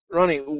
Ronnie